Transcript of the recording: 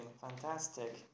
Fantastic